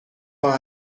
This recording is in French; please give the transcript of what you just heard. pas